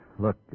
Look